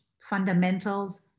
fundamentals